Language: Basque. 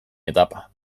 etapa